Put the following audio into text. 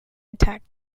attack